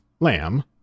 lamb